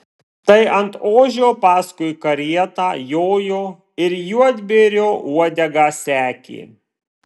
tai ant ožio paskui karietą jojo ir juodbėrio uodegą sekė